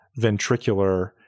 ventricular